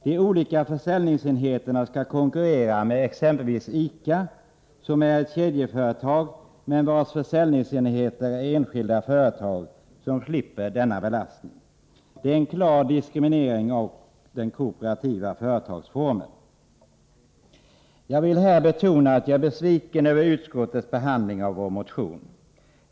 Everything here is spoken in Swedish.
De olika försäljningsenheterna skall konkurrera med exempelvis ICA, som är ett kedjeföretag, men vars försäljningsenheter är enskilda företag som slipper dessa belastningar. Det är en klar diskriminering av den kooperativa företagsformen. Jag vill här betona att jag är besviken över utskottets behandling av vår motion.